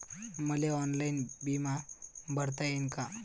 मले ऑनलाईन बिमा भरता येईन का?